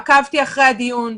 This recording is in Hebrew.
עקבתי אחרי הדיון.